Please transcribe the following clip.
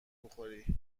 بخوری